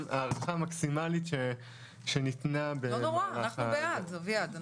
הארכה מקסימלית שניתנה במהלך ה- -- אנחנו בעד אביעד.